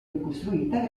ricostruita